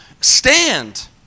stand